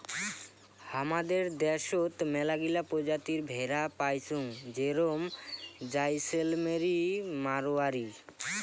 হামাদের দ্যাশোত মেলাগিলা প্রজাতির ভেড়া পাইচুঙ যেরম জাইসেলমেরি, মাড়োয়ারি